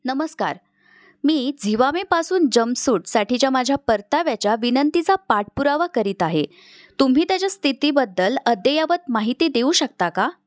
नमस्कार मी झिवामेपासून जम्पसूटसाठीच्या माझ्या परताव्याच्या विनंतीचा पाठपुरावा करीत आहे तुम्ही त्याच्या स्थितीबद्दल अद्ययावत माहिती देऊ शकता का